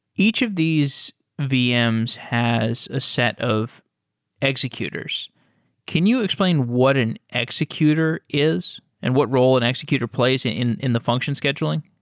each of these vm's has a set of executors. can you explain what an executor is and what role an executor plays in in the function scheduling?